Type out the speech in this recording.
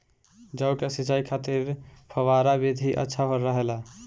जौ के सिंचाई खातिर फव्वारा विधि अच्छा रहेला?